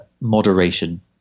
moderation